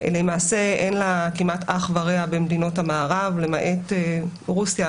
למעשה אין לה כמעט אח ורע במדינות המערב למעט רוסיה